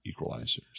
equalizers